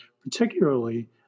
particularly